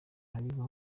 hariya